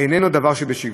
איננה דבר שבשגרה.